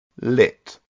lit